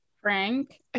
frank